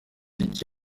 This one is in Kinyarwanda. ibindi